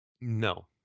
No